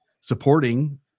supporting